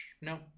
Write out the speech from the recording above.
no